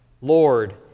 Lord